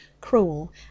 cruel